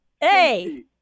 Hey